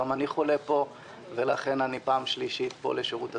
גם אני חולה בו ולכן אני פעם שלישית פה לשירות הציבור,